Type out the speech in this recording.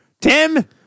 Tim